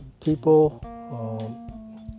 people